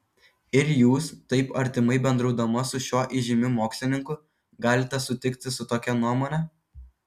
ir jūs taip artimai bendraudama su šiuo įžymiu mokslininku galite sutikti su tokia nuomone